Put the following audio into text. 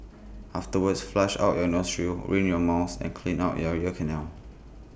afterwards flush out your nostrils rinse your mouth and clean out you ear canals